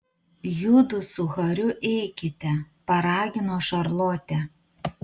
judu su hariu eikite paragino šarlotė